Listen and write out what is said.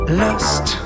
lust